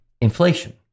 inflation